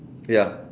ya